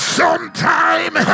sometime